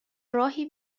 راهی